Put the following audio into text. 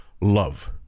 love